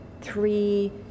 three